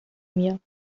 mir